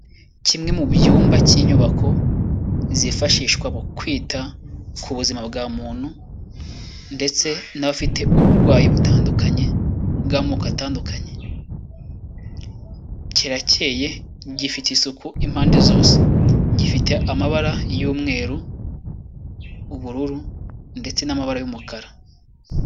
Kimwe mu byumba cy'inyubako zifashishwa mu kwita ku buzima bwa muntu, ndetse n'abafite uburwayi butandukanye bw'amoko atandukanye kiracyeye gifite isuku impande zose, amabara y'umweru ubururu ndetse n'amabara y'umukara.